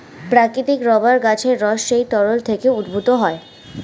প্রাকৃতিক রাবার গাছের রস সেই তরল থেকে উদ্ভূত হয়